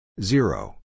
zero